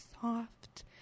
soft